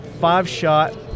five-shot